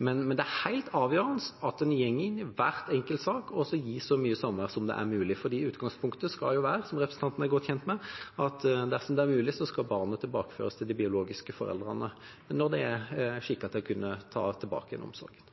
Men det er helt avgjørende at en går inn i hver enkelt sak og gir så mye samvær som mulig, for utgangspunktet skal jo være, som representanten er godt kjent med, at dersom det er mulig, skal barnet tilbakeføres til de biologiske foreldrene når de er skikket til å få tilbake omsorgen.